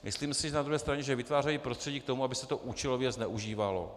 Myslím si na druhé straně, že vytvářejí prostředí k tomu, aby se to účelově zneužívalo.